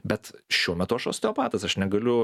bet šiuo metu aš osteopatas aš negaliu